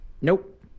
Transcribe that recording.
Nope